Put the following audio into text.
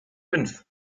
fünf